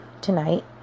tonight